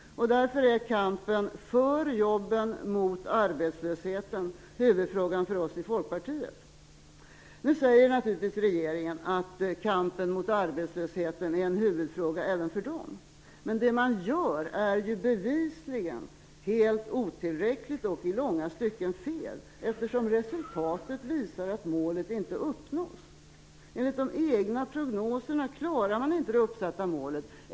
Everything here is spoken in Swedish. Därför är kampen för jobben, mot arbetslösheten, huvudfrågan för oss i Folkpartiet. Nu säger naturligtvis regeringen att kampen mot arbetslösheten är en huvudfråga även för dem. Men det man gör är ju bevisligen helt otillräckligt och i långa stycken felaktigt, eftersom resultatet visar att målet inte uppnås. Enligt de egna prognoserna klarar man inte det uppsatta målet.